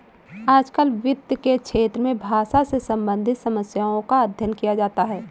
आजकल वित्त के क्षेत्र में भाषा से सम्बन्धित समस्याओं का अध्ययन किया जाता है